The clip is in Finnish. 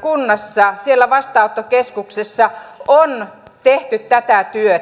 kunnassa vastaanottokeskuksessa on tehty tätä työtä